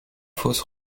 fausse